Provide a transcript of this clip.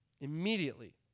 immediately